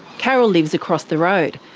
carol lives across the road.